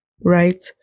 right